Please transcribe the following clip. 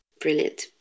brilliant